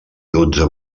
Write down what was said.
dotze